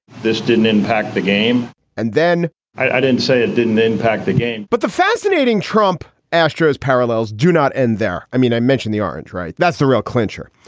this didn't impact the game and then i didn't say it didn't impact the game but the fascinating trump astros parallels do not end there. i mean, i mentioned the orange, right? that's the real clincher.